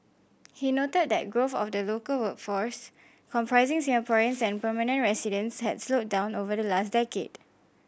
he noted that growth of the local workforce comprising Singaporeans and permanent residents had slowed down over the last decade